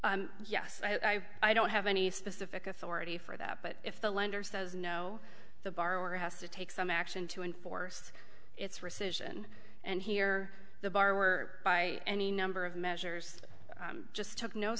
yes i i don't have any specific authority for that but if the lender says no the borrower has to take some action to enforce its rescission and here the bar were by any number of measures just took no